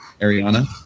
Ariana